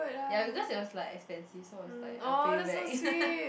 ya because it was like expensive so I was like I'll pay you back